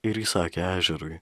ir įsakė ežerui